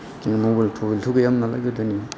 mobile थबाइलथ' गैयामोन नालाय गोदोनि